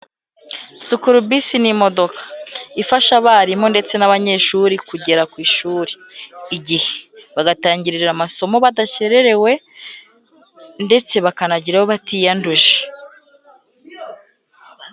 Sikuru bisi ni imodoka ifasha abarimu ndetse n'abanyeshuri kugera ku ishuri igihe，bagatangirira amasomo badakererewe ndetse bakanagerayo batiyanduje.